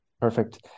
Perfect